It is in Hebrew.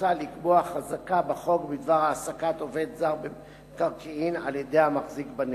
מוצע לקבוע חזקה בחוק בדבר העסקת עובד זר במקרקעין על-ידי המחזיק בנכס.